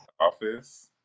Office